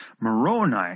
Moroni